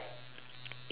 invention for like